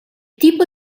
tipo